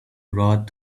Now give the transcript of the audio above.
road